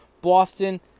Boston